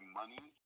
money